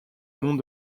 monts